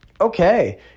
Okay